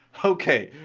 ok,